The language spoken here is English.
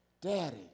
Daddy